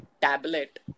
tablet